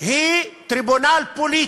היא טריבונל פוליטי,